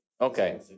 Okay